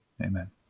amen